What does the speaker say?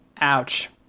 Ouch